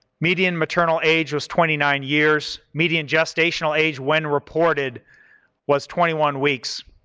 median maternal age was twenty nine years. median gestational age when reported was twenty one weeks.